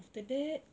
after that